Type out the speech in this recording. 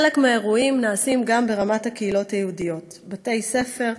חלק מהאירועים נעשים גם ברמת הקהילות היהודיות: בתי-ספר,